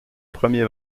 premier